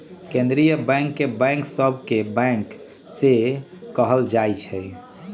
केंद्रीय बैंक के बैंक सभ के बैंक सेहो कहल जाइ छइ